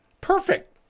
Perfect